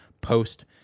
post